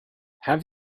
have